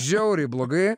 žiauriai blogai